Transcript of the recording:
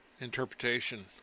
Interpretation